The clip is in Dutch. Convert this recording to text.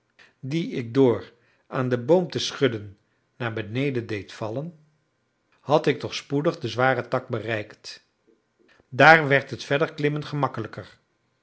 die ik door aan den boom te schudden naar beneden deed vallen had ik toch spoedig den zwaren tak bereikt daar werd het verder klimmen gemakkelijker